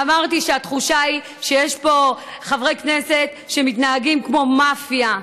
אמרתי שהתחושה היא שיש פה חברי כנסת שמתנהגים כמו מאפיה.